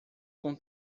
com